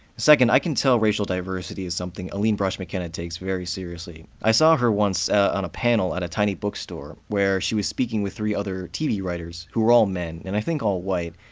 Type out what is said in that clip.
second, i can tell racial diversity is something aline brosh mckenna takes very seriously. i saw her once on a panel at a tiny bookstore where she was speaking with three other tv writers, who were all men, and i think all white,